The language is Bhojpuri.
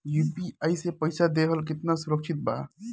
यू.पी.आई से पईसा देहल केतना सुरक्षित बा?